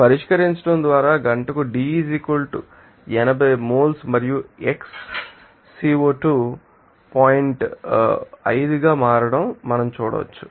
కాబట్టి పరిష్కరించడం ద్వారా గంటకు D 80 మోల్స్ మరియు xO2 పాయింట్ 5 గా మారడం మనం చూడవచ్చు